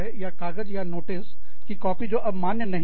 या कागज या नोटिस की कॉपी जो अब मान्य नहीं है